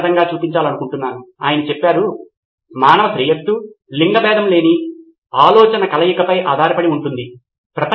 నితిన్ కురియన్ అందువల్ల నేను సహకరిస్తున్న వ్యక్తుల వద్ద అంకితభావం చూస్తాను మరియు లేదా అంకితభావంతో కూడిన జట్టు కోసం కూడా చూస్తాను